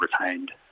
retained